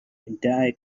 entire